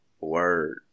word